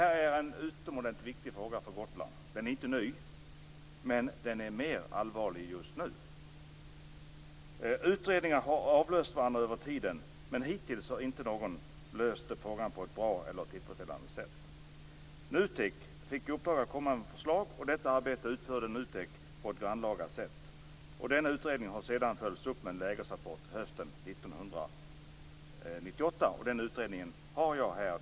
Detta är en utomordentligt viktig fråga för Gotland. Den är inte ny, men den är mer allvarlig just nu. Utredningar har avlöst varandra över tiden, men hittills har inte någon löst frågan på ett bra och tillfredsställande sätt. NUTEK fick i uppdrag att komma med förslag, och detta arbete utförde NUTEK på ett grannlaga sätt. Den utredningen har sedan följts upp med en lägesrapport hösten 1998, och den utredningen har jag här.